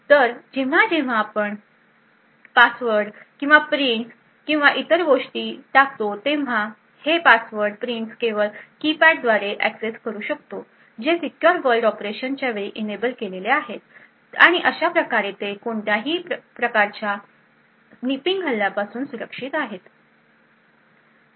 तर जेव्हा जेव्हा आपण पासवर्ड किंवा प्रिंट्स किंवा इतर काही गोष्टी टाकतो तेव्हा हे पासवर्ड आणि प्रिंट्स केवळ कीपॅडद्वारे ऍक्सेस करू शकतो जे सीक्युर वर्ल्डऑपरेशनच्या वेळी इनएबल केलेले आहेत आणि अशा प्रकारे ते कोणत्याही प्रकारच्या स्निपिंग हल्ल्यापासून सुरक्षित असतात